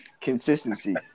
Consistency